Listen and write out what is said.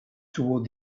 toward